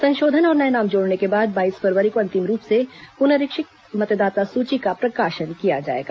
संशोधन और नए नाम जोड़ने के बाद बाईस फरवरी को अंतिम रूप से पुनरीक्षित मतदाता सूची का प्रकाशन किया जाएगा